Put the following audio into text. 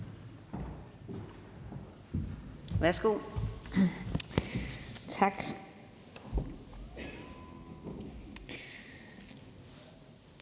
Værsgo. Kl.